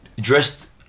dressed